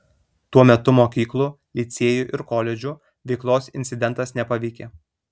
tuo metu mokyklų licėjų ir koledžų veiklos incidentas nepaveikė